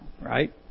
right